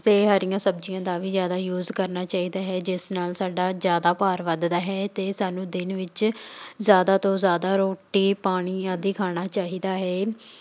ਅਤੇ ਹਰੀਆਂ ਸਬਜ਼ੀਆਂ ਦਾ ਵੀ ਜ਼ਿਆਦਾ ਯੂਜ਼ ਕਰਨਾ ਚਾਹੀਦਾ ਹੈ ਜਿਸ ਨਾਲ ਸਾਡਾ ਜ਼ਿਆਦਾ ਭਾਰ ਵੱਧਦਾ ਹੈ ਅਤੇ ਸਾਨੂੰ ਦਿਨ ਵਿੱਚ ਜ਼ਿਆਦਾ ਤੋਂ ਜ਼ਿਆਦਾ ਰੋਟੀ ਪਾਣੀ ਆਦਿ ਖਾਣਾ ਚਾਹੀਦਾ ਹੈ